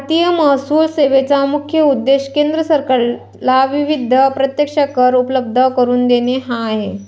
भारतीय महसूल सेवेचा मुख्य उद्देश केंद्र सरकारला विविध प्रत्यक्ष कर उपलब्ध करून देणे हा आहे